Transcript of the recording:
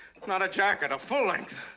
not a jacket, a full-length.